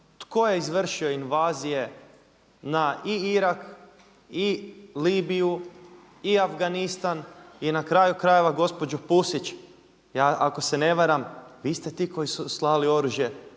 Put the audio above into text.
tko je izvršio invazije na i Irak, i Libiju, i Afganistan i na kraju krajeva gospođo Pusić ako se ne varam vi ste ti koji su slali oružje